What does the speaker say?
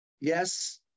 yes